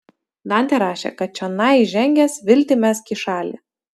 dantė rašė kad čionai įžengęs viltį mesk į šalį